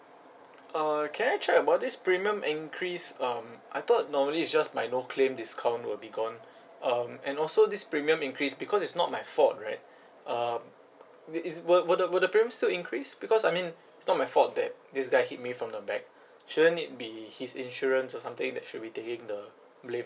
uh can I check about this premium increase um I thought normally is just my no claim discount will be gone um and also this premium increase because it's not my fault right um is will will the will the premium still increase because I mean it's not my fault that this guy hit me from the back shouldn't it be his insurance or something that should be taking the blame